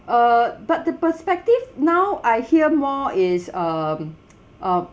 uh but the perspective now I hear more is um uh